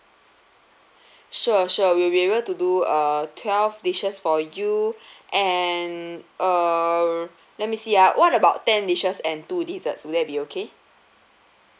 sure sure we'll be able to do uh twelve dishes for you and err let me see ah what about ten dishes and two desserts would that be okay